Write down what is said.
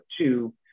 two